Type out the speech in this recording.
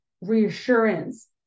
reassurance